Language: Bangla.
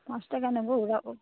পাঁচ টাকা নেব ওরকম